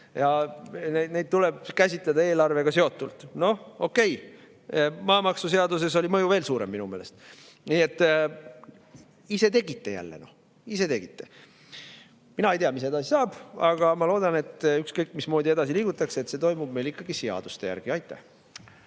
ja neid tuleb käsitleda eelarvega seotult. Noh, okei, maamaksuseaduse mõju oli veel suurem minu meelest. Nii et ise tegite jälle. Ise tegite! Mina ei tea, mis edasi saab, aga ma loodan, et ükskõik mismoodi edasi liigutakse, see toimub meil ikkagi seaduste järgi. Aitäh!